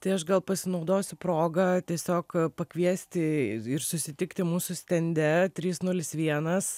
tai aš gal pasinaudosiu proga tiesiog pakviesti ir susitikti mūsų stende trys nulis vienas